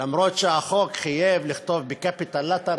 למרות שהחוק חייב לכתוב ב-Capital Letters,